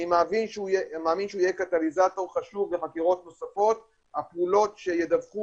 אני מאמין שהוא יהיה קטליזטור חשוב לחקירות נוספות על פעולות שידווחו